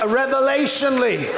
revelationally